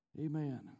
Amen